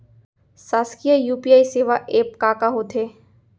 शासकीय यू.पी.आई सेवा एप का का होथे?